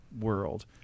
world